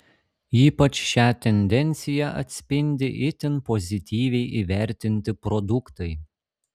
ypač šią tendenciją atspindi itin pozityviai įvertinti produktai